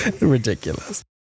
Ridiculous